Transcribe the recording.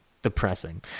depressing